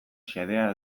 xedea